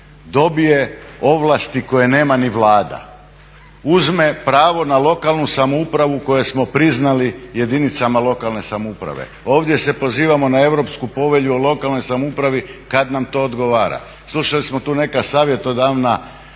dobije ovlasti koje nema ni Vlada, uzme pravo na lokalnu samoupravu koju smo priznali jedinicama lokalne samouprave. Ovdje se pozivamo na Europsku povelju o lokalnoj samoupravi kad nam to odgovara. Slušali smo tu neka savjetodavna